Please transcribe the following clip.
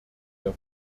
der